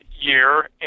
year